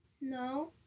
No